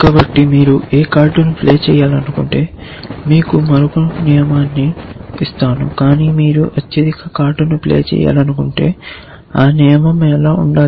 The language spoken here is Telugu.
కాబట్టి మీరు ఏ కార్డును ప్లే చేయకూడదనుకుంటే మీకు మరొక నియమాన్ని ఇస్తాను కాని మీరు అత్యధిక కార్డును ప్లే చేయాలనుకుంటే ఆ నియమం ఎలా ఉండాలి